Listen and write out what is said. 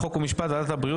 חוק ומשפט וועדת הבריאות,